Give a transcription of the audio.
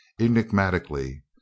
enigmatically